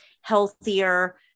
healthier